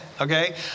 Okay